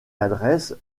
adresse